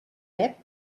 web